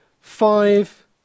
five